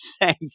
Thank